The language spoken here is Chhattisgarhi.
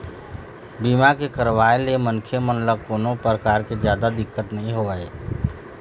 बीमा के करवाय ले मनखे मन ल कोनो परकार के जादा दिक्कत नइ होवय